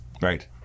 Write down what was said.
Right